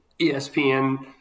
ESPN